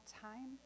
time